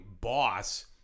boss